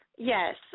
Yes